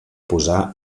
posar